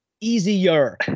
easier